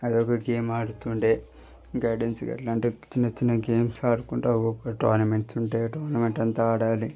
అది ఒక గేమ్ ఆడుతుండే ఇంక హైడ్ అండ్ సీక్ అలాంటి చిన్న చిన్న గేమ్స్ ఆడుకుంటు ఒక్కొక్క టోర్నమెంట్స్ ఉంటాయి ఆ టోర్నమెంట్ అంతా ఆడాలి